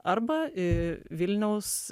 arba į vilniaus